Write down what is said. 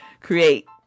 create